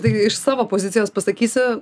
tai iš savo pozicijos pasakysiu